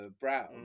brown